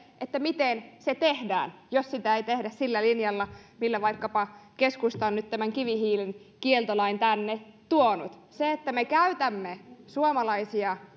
miten se tehdään jos sitä ei tehdä sillä linjalla millä vaikkapa keskusta on nyt tämän kivihiilen kieltolain tänne tuonut kun me käytämme suomalaisia